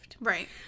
Right